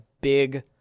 big